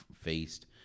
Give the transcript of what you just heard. faced